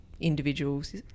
individuals